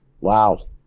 wow